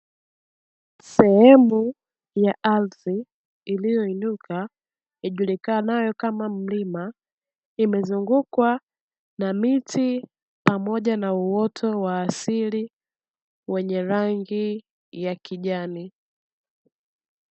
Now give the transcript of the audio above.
Sehemu ya ardhi iliyoinuka ijulikanayo kama mlima, imezungukwa na miti pamoja na uoto wa asili wenye rangi ya kijani.